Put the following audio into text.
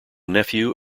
nephew